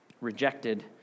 Rejected